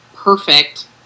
perfect